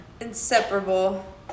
Inseparable